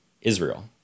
israel